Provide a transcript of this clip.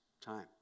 time